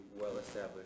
well-established